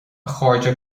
chairde